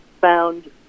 found